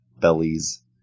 Bellies